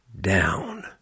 down